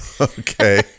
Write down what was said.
Okay